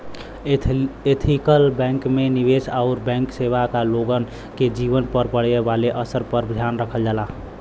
ethical bank में निवेश आउर बैंक सेवा क लोगन के जीवन पर पड़े वाले असर पर ध्यान रखल जाला